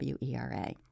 WERA